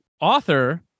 author